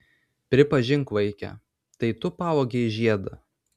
prisipažink vaike tai tu pavogei žiedą